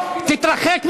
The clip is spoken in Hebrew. אני